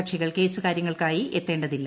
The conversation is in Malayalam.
കക്ഷികൾ കേസ് കാര്യങ്ങൾക്കായി എത്തേതില്ല